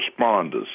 responders